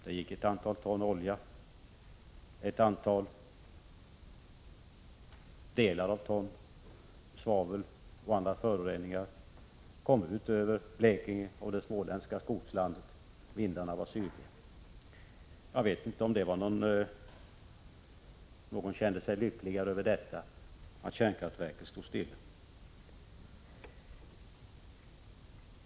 Det gick åt ett antal ton olja, och en mängd svavel och andra föroreningar spreds ut över Blekinge och det småländska skogslandet; vindarna var sydliga. Jag vet inte om någon kände sig lycklig över detta, att kärnkraftverket stod stilla.